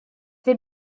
they